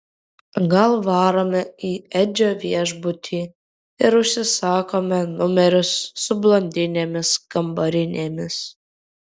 gal varome į edžio viešbutį ir užsisakome numerius su blondinėmis kambarinėmis